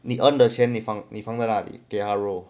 你 earn the 钱你放你放在那里给他 roll